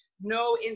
no